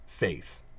faith